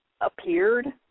appeared